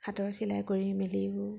হাতৰ চিলাই কৰি মেলিও